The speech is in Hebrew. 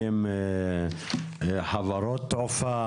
חברות תעופה